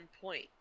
point